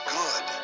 good